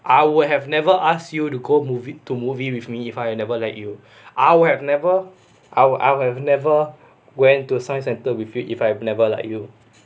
I would have never ask you to go movie to movie with me if I never led you I'll have never I would I would have never went to science centre with you if I have never like you